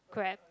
crap